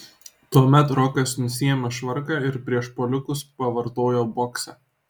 tuomet rokas nusiėmė švarką ir prieš puolikus pavartojo boksą